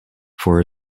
for